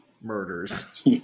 murders